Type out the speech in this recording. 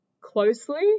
closely